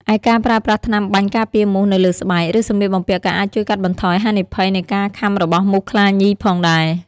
ឯការប្រើប្រាស់ថ្នាំបាញ់ការពារមូសនៅលើស្បែក ឬសម្លៀកបំពាក់ក៏អាចជួយកាត់បន្ថយហានិភ័យនៃការខាំរបស់មូសខ្លាញីផងដែរ។